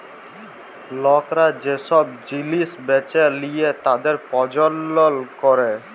লকরা যে সব জিলিস বেঁচে লিয়ে তাদের প্রজ্বলল ক্যরে